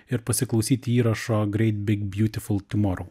ir pasiklausyt įrašo great big beautiful tomorrow